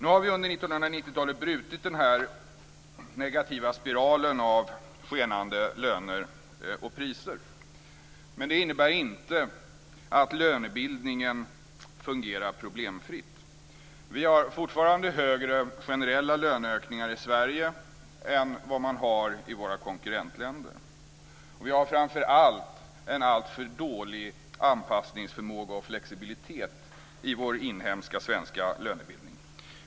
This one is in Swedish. Under 1990-talet har vi brutit den negativa spiralen av skenande löner och priser. Men det innebär inte att lönebildningen fungerar problemfritt. Vi har fortfarande högre generella löneökningar i Sverige än vad man har i våra konkurrentländer. Vi har framför allt en allt för dålig anpassningsförmåga och flexibilitet i vår inhemska svenska lönebildning.